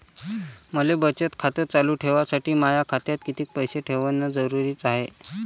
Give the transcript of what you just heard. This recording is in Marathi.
मले बचत खातं चालू ठेवासाठी माया खात्यात कितीक पैसे ठेवण जरुरीच हाय?